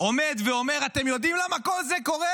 עומד ואומר: אתם יודעים למה כל זה קורה?